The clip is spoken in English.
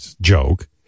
joke